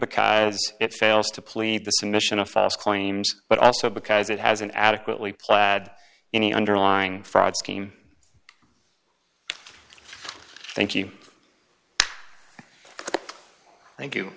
because it fails to plead the submission of fast claims but also because it has an adequately plaid any underlying fraud scheme thank you thank you